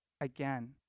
again